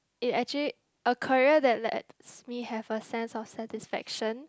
it actually a career that lets me have a sense of satisfaction